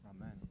Amen